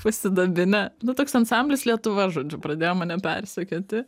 pasidabinę nu toks ansamblis lietuva žodžiu pradėjo mane persekioti